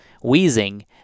wheezing